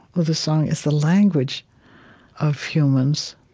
ah the song is the language of humans.